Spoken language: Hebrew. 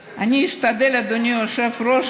משתדלת, אדוני היושב-ראש,